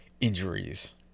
injuries